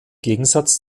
gegensatz